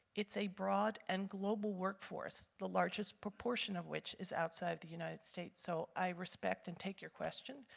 it's a broad and global workforce, the largest proportion of which is outside the united states. so i respect and take your question,